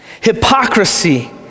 hypocrisy